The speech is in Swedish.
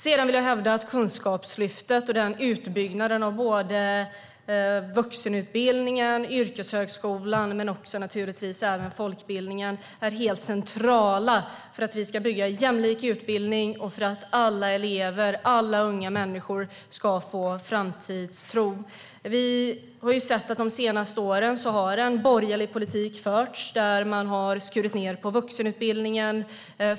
Jag vill hävda att Kunskapslyftet och utbyggnaden av såväl vuxenutbildningen och yrkeshögskolan som, naturligtvis, folkbildningen är helt centralt för att vi ska bygga en jämlik utbildning och för att alla elever och unga människor ska få en framtidstro. De senaste åren har vi ju sett att en borgerlig politik har förts där man har skurit ned på vuxenutbildningen.